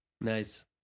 Nice